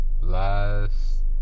last